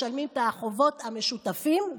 משלמים את החובות המשותפים,